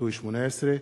הכנסת כרמל שאמה-הכהן,